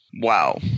Wow